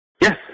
Yes